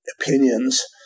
opinions